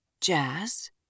Jazz